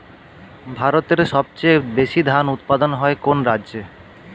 ভারতের সবচেয়ে বেশী ধান উৎপাদন হয় কোন রাজ্যে?